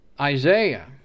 isaiah